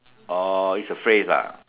oh it's a phase ah